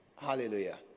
Hallelujah